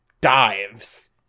dives